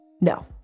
No